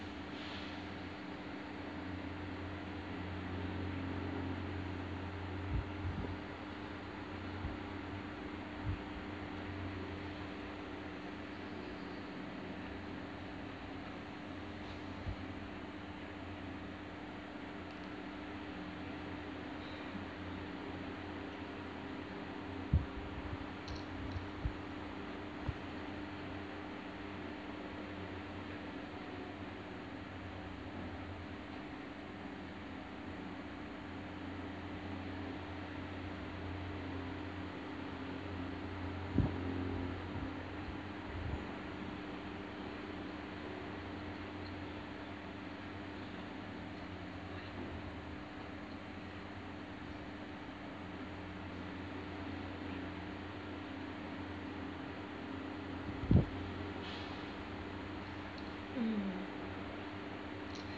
mm